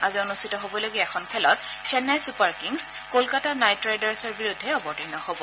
আজি অনুষ্ঠিত হ'বলগীয়া এখন খেলত Chennai Super Kings Kolkata Knight ৰাইডাৰ্ছৰ বিৰুদ্ধে অৱতীৰ্ণ হ'ব